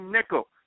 Nickel